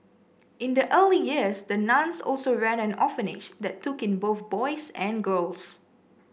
in the early years the nuns also ran an orphanage that took in both boys and girls